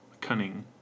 Cunning